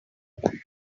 somebody